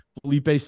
Felipe